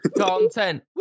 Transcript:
Content